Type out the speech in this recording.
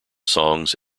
songs